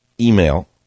email